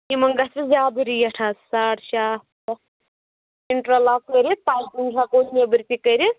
یِمَن گَژھِ زیادٕ ریٹ حظ ساڑ شےٚ ہتھ اِنٹر لاک کٔرِتھ ہیٚکو أسۍ نیٚبِر تہِ کٔرِتھ